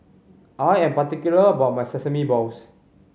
I am particular about my sesame balls